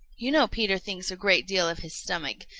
you know peter thinks a great deal of his stomach.